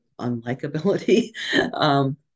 unlikability